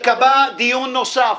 ייקבע דיון נוסף.